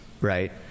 Right